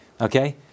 Okay